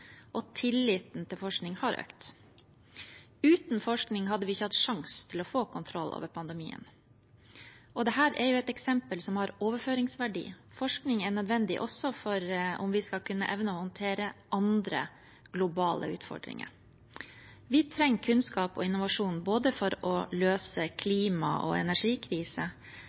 og tilliten til forskning har økt. Uten forskning hadde vi ikke hatt sjanse til å få kontroll over pandemien, og dette er jo et eksempel som har overføringsverdi. Forskning er nødvendig også for om vi skal kunne evne å håndtere andre globale utfordringer. Vi trenger kunnskap og innovasjon for å løse klima- og